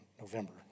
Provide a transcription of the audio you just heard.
November